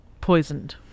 poisoned